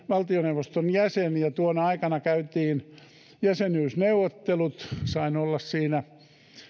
valtioneuvoston jäsen ja tuona aikana käytiin jäsenyysneuvottelut sain olla siinä